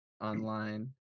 online